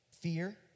Fear